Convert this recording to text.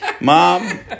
Mom